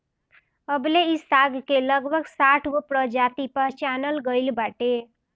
अबले इ साग के लगभग साठगो प्रजाति पहचानल गइल बाटे